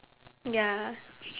ya